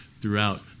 throughout